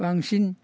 बांसिन